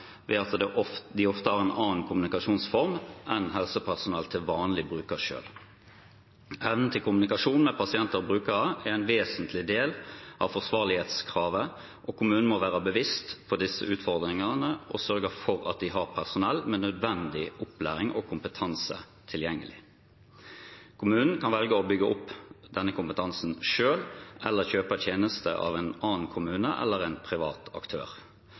ved at de ofte har en annen kommunikasjonsform enn helsepersonellet til vanlig bruker selv. Evnen til kommunikasjon med pasienter og brukere er en vesentlig del av forsvarlighetskravet. Kommunen må være bevisst på disse utfordringene og sørge for at de har personell med nødvendig opplæring og kompetanse tilgjengelig. Kommunen kan velge å bygge opp denne kompetansen selv eller kjøpe tjenester av en annen kommune eller en privat aktør.